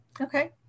Okay